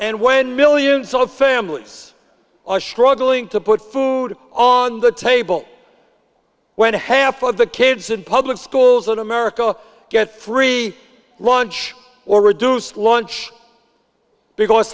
and when millions of families are struggling to put food on the table when half of the kids in public schools in america get free lunch or reduced lunch because